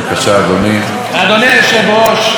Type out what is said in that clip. אדוני היושב-ראש,